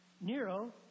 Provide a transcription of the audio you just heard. Nero